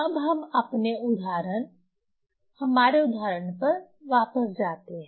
अब हम अपने उदाहरण हमारे उदाहरण पर वापस जाते हैं